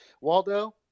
Waldo